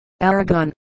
Aragon